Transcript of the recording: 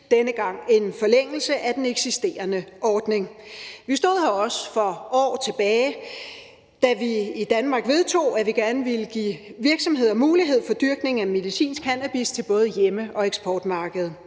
denne gang en forlængelse af den eksisterende ordning. Vi stod her også for år tilbage, da vi i Danmark vedtog, at vi gerne ville give virksomheder mulighed for dyrkning af medicinsk cannabis til både hjemme- og eksportmarkedet.